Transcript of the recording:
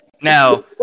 Now